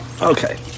Okay